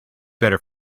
better